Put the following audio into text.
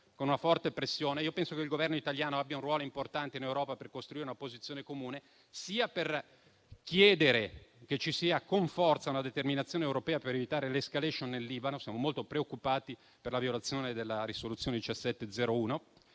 con una forte pressione. Io penso che il Governo italiano abbia un ruolo importante in Europa per costruire una posizione comune, sia per chiedere che ci sia con forza una determinazione europea per evitare l'escalation nel Libano (siamo molto preoccupati per la violazione della risoluzione 1701/2006